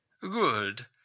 Good